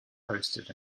posted